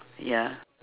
ya